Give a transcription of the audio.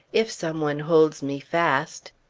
if some one holds me fast.